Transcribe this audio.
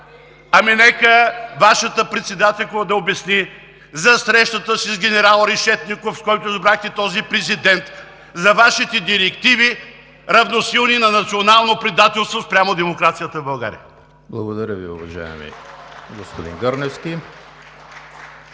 Нека Вашата председателка да обясни за срещата си с генерал Решетников, с когото избрахте този президент, за Вашите директиви, равносилни на национално предателство спрямо демокрацията в България. (Ръкопляскания от ГЕРБ.)